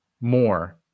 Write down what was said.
more